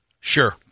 Sure